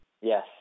Yes